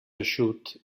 eixut